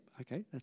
okay